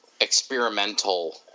experimental